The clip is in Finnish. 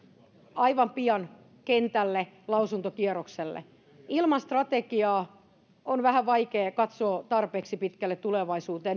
aivan pian kentälle lausuntokierrokselle ilman strategiaa on vähän vaikeaa katsoa tarpeeksi pitkälle tulevaisuuteen